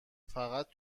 فقط